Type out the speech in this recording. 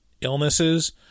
illnesses